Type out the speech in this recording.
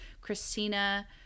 Christina